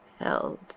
held